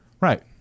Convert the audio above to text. right